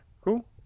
cool